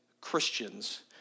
Christians